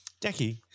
Decky